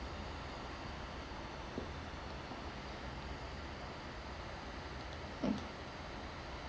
okay